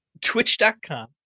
twitch.com